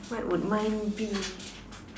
what would mine be